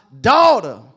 daughter